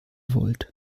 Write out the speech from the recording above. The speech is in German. volt